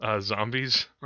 zombies